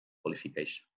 Qualification